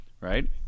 Right